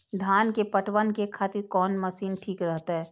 धान के पटवन के खातिर कोन मशीन ठीक रहते?